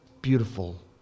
Beautiful